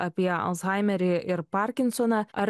apie alzheimerį ir parkinsoną ar